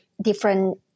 different